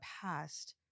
past